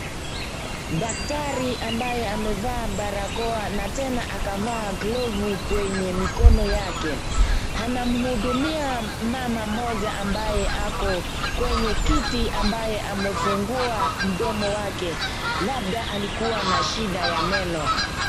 Daktari ambaye amevaa barakoa na tena akavaa glovu kwenye mikono yake. Anamhudumia mama mmoja ambaye ako kwenye kiti ambaye amefungua mdomo wake, labda alikuwa na shida ya meno.